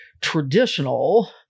traditional